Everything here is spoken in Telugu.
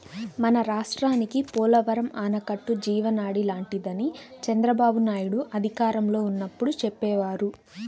మన రాష్ట్రానికి పోలవరం ఆనకట్ట జీవనాడి లాంటిదని చంద్రబాబునాయుడు అధికారంలో ఉన్నప్పుడు చెప్పేవారు